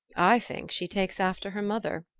i think she takes after her mother,